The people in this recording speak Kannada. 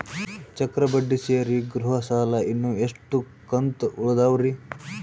ಚಕ್ರ ಬಡ್ಡಿ ಸೇರಿ ಗೃಹ ಸಾಲ ಇನ್ನು ಎಷ್ಟ ಕಂತ ಉಳಿದಾವರಿ?